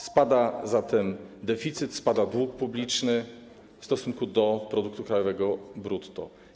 Spada zatem deficyt, spada dług publiczny w stosunku do produktu krajowego brutto.